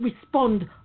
respond